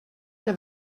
que